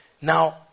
Now